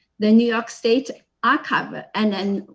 the new york state archive ah and and